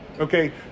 Okay